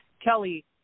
Kelly